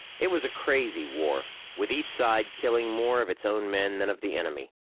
it was a crazy war, with each side killing more of its own men than of the enemy.